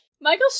michael